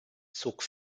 zog